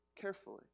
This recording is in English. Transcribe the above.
carefully